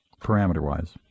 parameter-wise